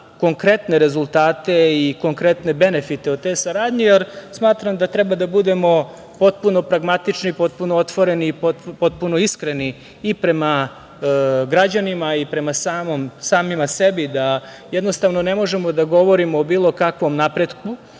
konkretne rezultate i konkretne benefite od te saradnje. Smatram da treba da budemo potpuno pragmatični, potpuno otvoreni i potpuno iskreni i prema građanima i prema samima sebi. Jednostavno ne možemo da govorimo o bilo kakvom napretku,